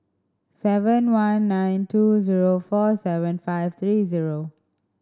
seven one nine two zero four seven five three zero